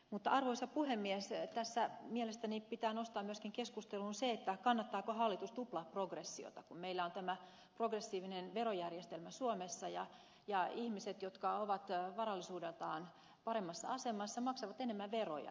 mutta arvoisa puhemies tässä mielestäni pitää nostaa keskusteluun myöskin se kannattaako hallitus tuplaprogressiota kun meillä on tämä progressiivinen verojärjestelmä suomessa ja ihmiset jotka ovat varallisuudeltaan paremmassa asemassa maksavat enemmän veroja